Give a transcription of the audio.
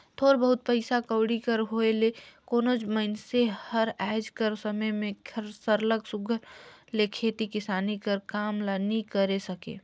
थोर बहुत पइसा कउड़ी कर होए ले कोनोच मइनसे हर आएज कर समे में सरलग सुग्घर ले खेती किसानी कर काम ल नी करे सके